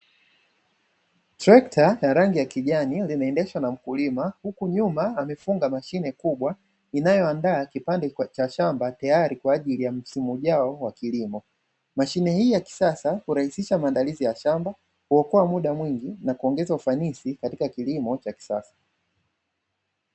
Trekta ya rangi ya kijani linaendeshwa na mkulima, huku nyuma amefunga mashine kubwa inayoandaa kipande katika shamba tayari kwa ajili ya msimu ujao wa kilimo. Mashine hii ya kisasa kurahisisha maandalizi ya shamba, kuokoa muda mwingi na kuongeza ufanisi katika kilimo cha kisasa.